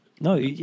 No